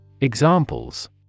Examples